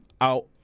out